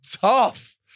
tough